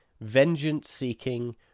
vengeance-seeking